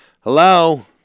Hello